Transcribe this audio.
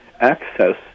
access